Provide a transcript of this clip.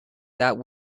that